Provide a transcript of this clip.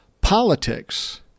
politics